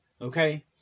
Okay